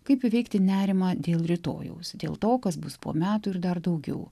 kaip įveikti nerimą dėl rytojaus dėl to kas bus po metų ir dar daugiau